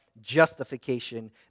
justification